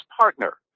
partner